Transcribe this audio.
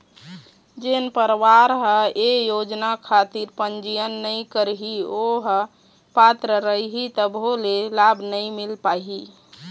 जेन परवार ह ये योजना खातिर पंजीयन नइ करही ओ ह पात्र रइही तभो ले लाभ नइ मिल पाही